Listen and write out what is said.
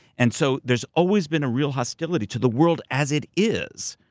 and so there's always been a real hostility to the world as it is,